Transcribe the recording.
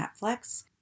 Netflix